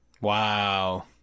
Wow